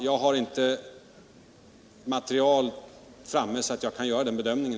Jag har inte ett sådant material att jag i dag kan göra den bedömningen.